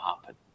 happen